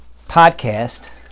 podcast